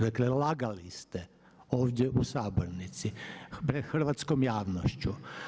Dakle lagali ste ovdje u sabornici pred hrvatskom javnošću.